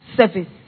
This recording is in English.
service